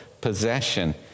possession